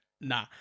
nah